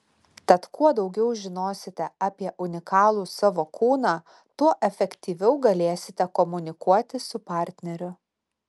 tad kuo daugiau žinosite apie unikalų savo kūną tuo efektyviau galėsite komunikuoti su partneriu